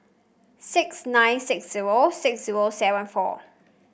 six nine six zero six zero seven four